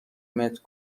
متر